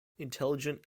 intelligent